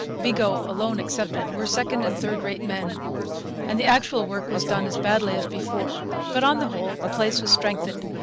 bigot alone excepted, were second and third-rate men and the actual work was done as badly as before. but, on the whole, the place was strengthened,